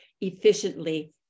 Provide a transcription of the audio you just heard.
efficiently